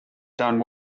done